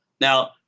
Now